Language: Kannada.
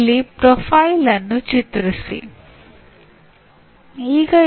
ಬೋಧನಾ ವಿನ್ಯಾಸದ ಈ ತತ್ವಗಳು ಅವರೆಲ್ಲರಿಗೂ ಪ್ರಯೋಜನಕಾರಿಯಾಗಿದೆ